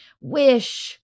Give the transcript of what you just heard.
wish